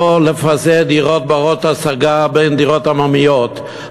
או לפזר דירות בנות-השגה בין דירות עממיות,